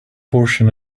portion